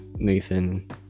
nathan